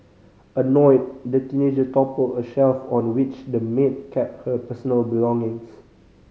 annoyed the teenager toppled a shelf on which the maid kept her personal belongings